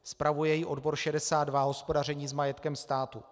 Spravuje ji odbor 62 Hospodaření s majetkem státu.